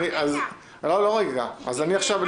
הצעה לסדר,